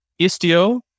Istio